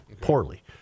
poorly